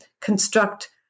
construct